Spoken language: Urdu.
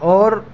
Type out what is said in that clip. اور